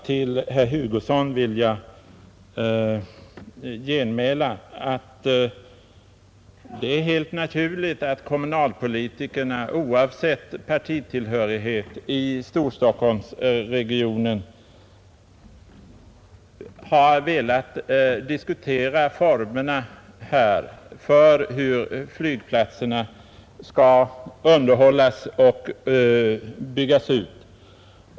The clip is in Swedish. Till herr Hugosson vill jag genmäla att det är helt naturligt att kommunalpolitikerna, oavsett partitillhörighet, i Storstockholmsregionen har velat diskutera formerna för hur flygplatserna skall underhållas och byggas ut.